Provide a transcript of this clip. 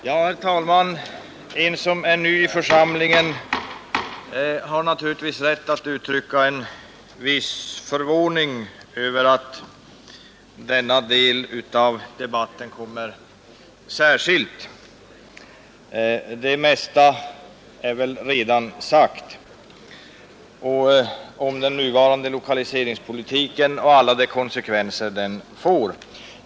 Herr talman! Den som är ny i församlingen har naturligtvis rätt att uttrycka en viss förvåning över att denna del av debatten kommer särskilt. Det mesta är redan sagt om den nuvarande lokaliseringspolitiken och alla dess konsekvenser.